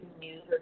news